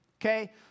okay